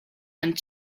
and